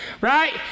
Right